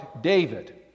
David